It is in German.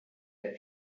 der